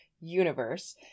universe